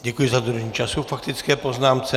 Děkuji za dodržení času k faktické poznámce.